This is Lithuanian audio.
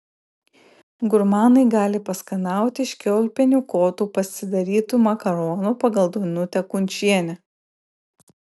gurmanai gali paskanauti iš kiaulpienių kotų pasidarytų makaronų pagal danutę kunčienę